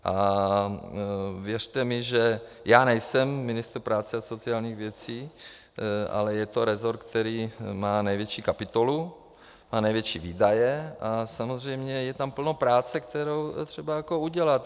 A věřte mi, že já nejsem ministr práce a sociálních věcí, ale je to resort, který má největší kapitolu a největší výdaje, a samozřejmě je tam plno práce, kterou je třeba udělat.